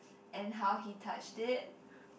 and how he touched it